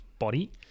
body